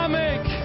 make